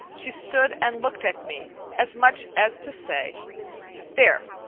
she stood and looked at me, as much as to say there,